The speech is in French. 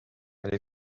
elle